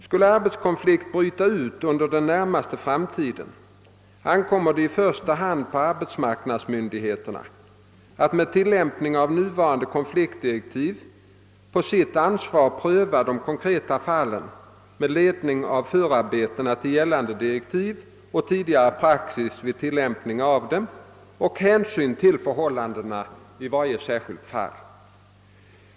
Skulle arbetskonflikt bryta ut inom den närmaste framtiden, ankommer det i första hand på arbetsmarknadsmyndig heterna att med tillämpning av nuvarande konfliktdirektiv på sitt ansvar pröva de konkreta fallen med ledning av förarbetena till gällande direktiv och tidigare praxis vid tillämpning av dem och med hänsyn till förhållandena i varje särskilt fall.